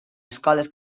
escoles